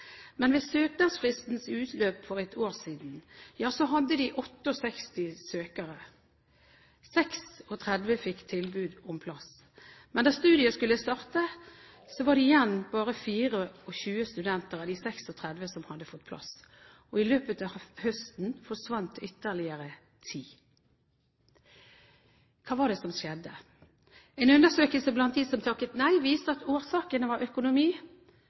Men ved søknadsfristens utløp for et år siden hadde de 68 søkere, og 36 fikk tilbud om plass. Da studiet skulle starte, var det bare igjen 24 studenter av de 36 som hadde fått plass. I løpet av høsten forsvant ytterligere ti. Hva var det som skjedde? En undersøkelse blant dem som takket nei, viste at årsakene var økonomi,